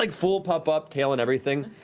like full puff-up, tail and everything.